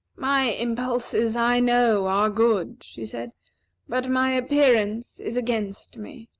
my impulses, i know, are good, she said but my appearance is against me.